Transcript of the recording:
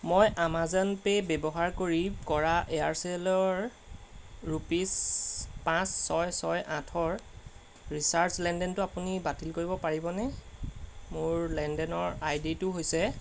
মই Amazon Pay ব্যৱহাৰ কৰি কৰা এয়াৰচেলৰ ৰোপিজ পাঁচ ছয় ছয় আঠৰ ৰিচাৰ্জ লেনদেনটো আপুনি বাতিল কৰিব পাৰিবনে মোৰ লেনদেনৰ আইডিটো হৈছে